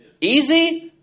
Easy